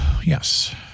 yes